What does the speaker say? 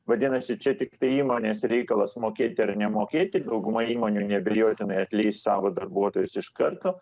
vadinasi čia tiktai įmonės reikalas mokėti ar nemokėti dauguma įmonių neabejotinai atleis savo darbuotojus iš karto